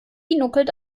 nuckelt